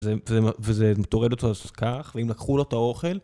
וזה טורד אותו אז כך, ואם לקחו לו את האוכל...